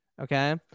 Okay